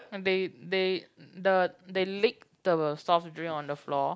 they they the they lick the soft drink on the floor